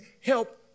help